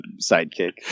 sidekick